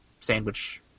sandwich